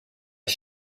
att